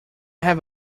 have